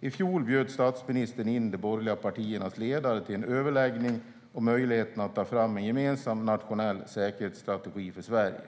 I fjol bjöd statsministern in de borgerliga partiernas ledare till en överläggning om möjligheten att ta fram en gemensam nationell säkerhetsstrategi för Sverige.